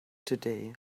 today